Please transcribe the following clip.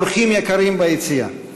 אורחים יקרים ביציע,